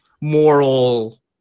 moral